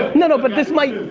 no, no, but this like